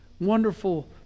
Wonderful